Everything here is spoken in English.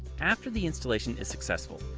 after the installation is successful,